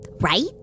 Right